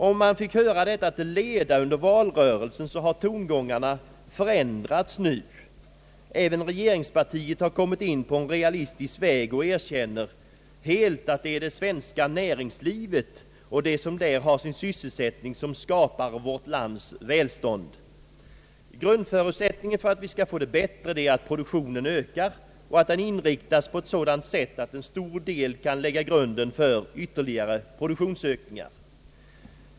Om man fick höra detta till leda under valrörelsen så har tongångarna helt förändrats nu. Även regeringspartiet har kommit in på en realistisk väg och erkänner helt att det är det svenska näringslivet och de som där har sin sysselsättning som skapar vårt lands välstånd. Grundförutsättningen för att vi skall få det bättre är att produktionen ökar och inriktas på sådant sätt, att en stor del av den kan lägga grunden för ytterligare produktionsökningar.